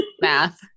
Math